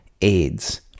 AIDS